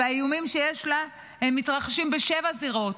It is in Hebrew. והאיומים שיש לה מתרחשים בשבע זירות.